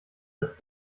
als